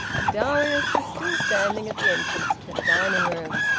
darius was still standing at the entrance to the dining-room.